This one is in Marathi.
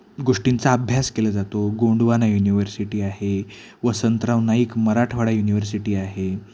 गोष्टींचा अभ्यास केला जातो गोंडवाना युनिवर्सिटी आहे वसंतराव नाईक मराठवाडा युनिव्हर्सिटी आहे